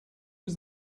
was